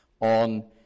on